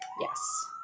Yes